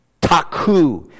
Taku